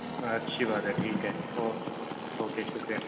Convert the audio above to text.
اچھی بات ہے ٹھیک ہے اوکے شکریہ